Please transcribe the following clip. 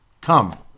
come